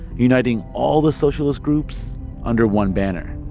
uniting all the socialist groups under one banner